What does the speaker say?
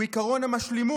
הוא עקרון המשלימות,